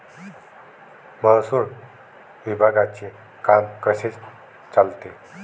महसूल विभागाचे काम कसे चालते?